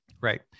Right